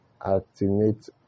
alternate